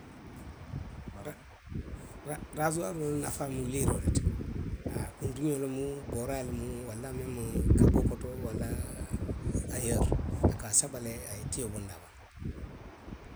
Ra, raasuwaaroo la nafaa mu liiroo le ti. haa, kuntiňoo lemu, booraa lemu, walla memu kaboo koto, walla ayoori, a ka a saba le, a ye tio bondi a bala